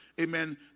amen